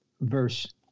verse